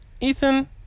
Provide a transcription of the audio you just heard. Ethan